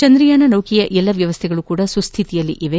ಚಂದ್ರಯಾನ ನೌಕೆಯ ಎಲ್ಲಾ ವ್ಯವಸ್ಥೆಗಳು ಸುಸ್ಡಿತಿಯಲ್ಲಿವೆ